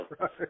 Right